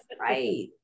Right